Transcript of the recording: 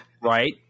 Right